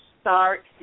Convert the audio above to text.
start